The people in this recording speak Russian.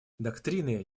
доктрины